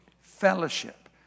fellowship